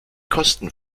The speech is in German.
kosten